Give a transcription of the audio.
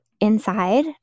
inside